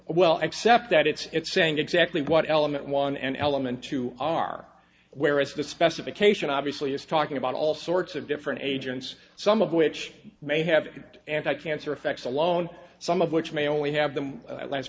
well except that it's saying exactly what element one and element two are whereas the specification obviously is talking about all sorts of different agents some of which may have anti cancer effects alone some of which may only have them